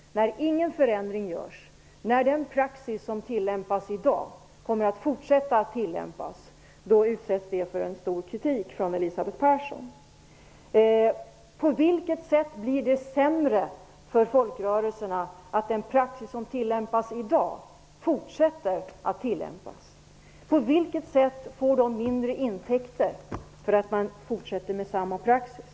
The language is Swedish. Ingen förändring görs, den praxis som tillämpas i dag kommer att fortsätta att tillämpas, och då utsätts detta för stark kritik av Elisabeth Persson! På vilket sätt blir det sämre för folkrörelserna för att den praxis som tillämpas i dag fortsätter att tillämpas? På vilket sätt får de mindre intäkter för att man fortsätter med samma praxis?